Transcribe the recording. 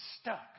stuck